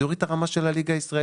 זה יוריד את הרמה של הליגה הישראלית.